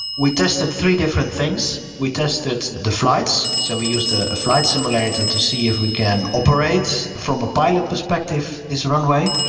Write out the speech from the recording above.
we tested three different things, we tested the flights, so we used a flight simulator to see if we can operate from a pilot perspective this runway.